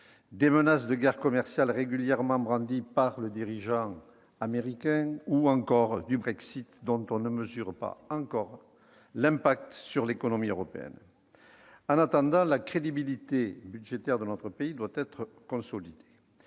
des menaces de guerre commerciale régulièrement brandies par le dirigeant américain, ou encore du Brexit, dont on ne mesure pas encore l'impact sur l'économie européenne. En attendant, la crédibilité budgétaire de notre pays doit être consolidée.